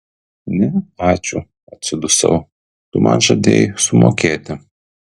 ne ačiū atsidusau tu man žadėjai sumokėti